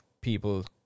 people